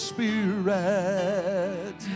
Spirit